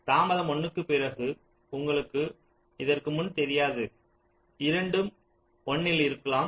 தாமதம் 1 க்குப் பிறகு உங்களுக்குத் இதற்கு முன் தெரியாது இரண்டும் 1 இல் இருக்கலாம்